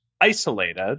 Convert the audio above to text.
isolated